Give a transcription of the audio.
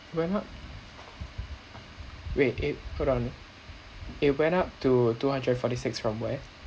we're not wait it hold on it went up to two hundred and forty six from where